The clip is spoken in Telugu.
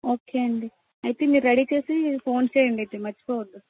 ఓకే అండీ అయితే మీరు రెడీ చేసి ఫోన్ చేయండి అయితే మర్చిపోవద్దు